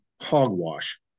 hogwash